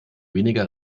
weniger